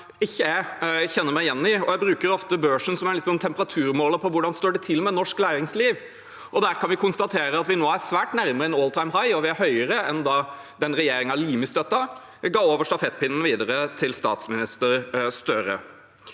ikke kjenner meg igjen i. Jeg bruker ofte børsen som en temperaturmåler på hvordan det står til med norsk næringsliv. Der kan vi konstatere at vi nå er svært nær en «all time high» – høyere enn da den regjeringen Limi støttet, ga stafettpinnen videre til statsminister Støre.